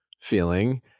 feeling